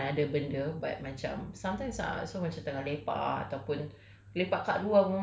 it's not everytime akan ada benda but macam sometimes ah so macam tengah lepak ataupun